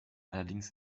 allerdings